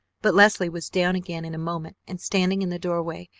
but leslie was down again in a moment and standing in the doorway,